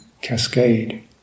cascade